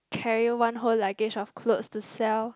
carry one whole luggage of clothes to sell